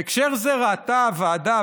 בהקשר זה ראתה הוועדה,